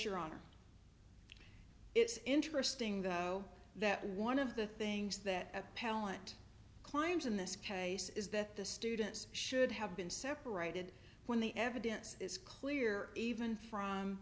your honor it's interesting though that one of the things that appellant climbs in this case is that the students should have been separated when the evidence is clear even from